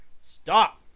Stop